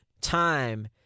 time